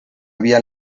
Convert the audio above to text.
vía